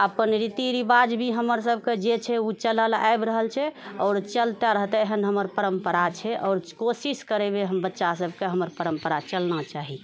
अपन रीति रिवाज भी हमरसभके जे छै ओ चलल आबि रहल छै आओर चलते रहतै एहन हमर परम्परा छै आओर कोशिश करबै हम बच्चा सभके हमर परम्परा चलना चाही